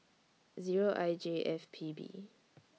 Zero I J F P B